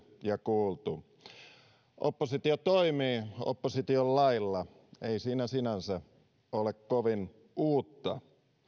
ja kuultu oppositio toimii opposition lailla ei se sinänsä ole kovin uutta